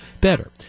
better